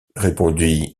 répondit